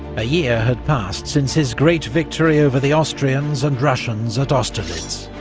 a year had passed since his great victory over the austrians and russians at austerlitz,